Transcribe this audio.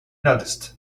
noticed